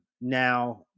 now